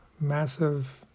massive